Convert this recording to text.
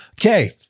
Okay